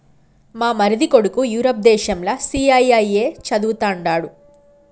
మా మరిది కొడుకు యూరప్ దేశంల సీఐఐఏ చదవతండాడు